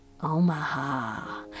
Omaha